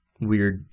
weird